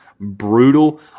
brutal